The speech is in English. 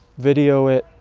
video it,